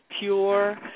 pure